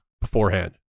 beforehand